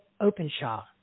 Openshaw